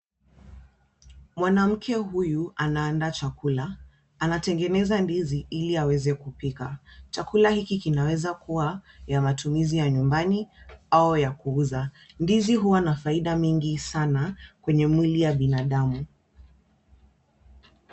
Mwanamke huyu anaandaa chakula. Anatengeneza ndizi ili aweze kupika. Chakula hiki kinaweza kuwa ya matumizi ya nyumbani au ya kuuza. Ndizi huwa na faida mingi sana kwenye mwili ya binadamu.